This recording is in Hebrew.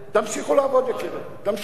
תמשיכו לעבוד, תמשיכו.